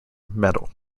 medal